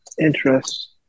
interest